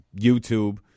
YouTube